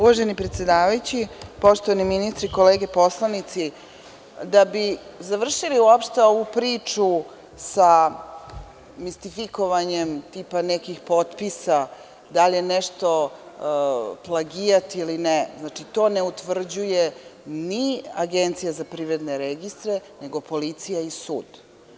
Uvaženi predsedavajući, poštovani ministre i kolege poslanici, da bi završili uopšte ovu priču sa mistifikovanjem tipa nekih potpisa, da li je nešto plagijat ili ne, znači, to ne utvrđuje ni Agencija za privredne registre, nego policija i sud.